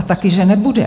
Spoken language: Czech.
Taky že nebude.